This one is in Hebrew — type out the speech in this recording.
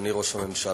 אדוני ראש הממשלה,